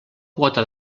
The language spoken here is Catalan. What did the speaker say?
quota